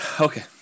okay